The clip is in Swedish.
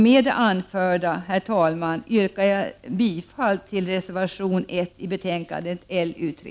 Med det anförda yrkar jag bifall till reservation 1 i betänkandet LU3.